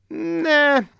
Nah